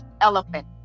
elephant